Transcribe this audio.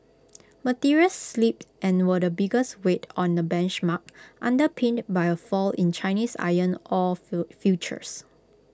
materials slipped and were the biggest weight on the benchmark underpinned by A fall in Chinese iron ore futures